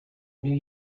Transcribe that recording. new